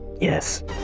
yes